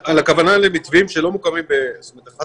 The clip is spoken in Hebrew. הכוונה היא למתווים שלא מוקמים ב זאת אומרת אחת